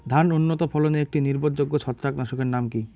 ধান উন্নত ফলনে একটি নির্ভরযোগ্য ছত্রাকনাশক এর নাম কি?